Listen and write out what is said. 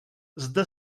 zde